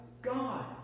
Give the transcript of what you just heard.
God